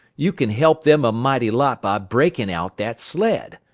you can help them a mighty lot by breaking out that sled.